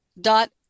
dot